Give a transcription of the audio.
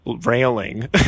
railing